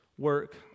Work